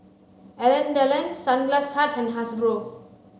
Alain Delon Sunglass Hut and Hasbro